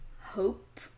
hope